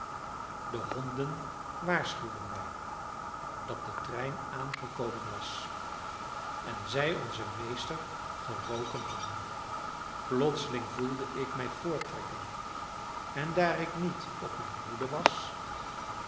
de honden waarschuwden mij dat de trein aangekomen was en zij onzen meester geroken hadden plotseling voelde ik mij voorttrekken en daar ik niet op mijn hoede was